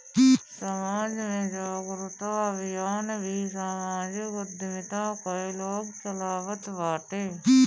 समाज में जागरूकता अभियान भी समाजिक उद्यमिता कअ लोग चलावत बाटे